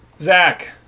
zach